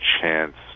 chance